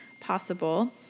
possible